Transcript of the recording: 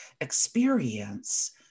experience